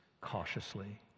cautiously